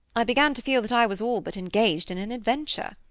i began to feel that i was all but engaged in an adventure.